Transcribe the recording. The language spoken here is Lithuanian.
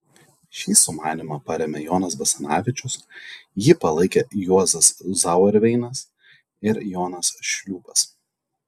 šį sumanymą parėmė jonas basanavičius jį palaikė juozas zauerveinas ir jonas šliūpas